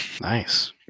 Nice